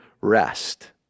rest